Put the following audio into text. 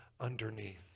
underneath